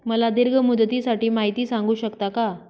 मला दीर्घ मुदतीसाठी माहिती सांगू शकता का?